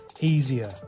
easier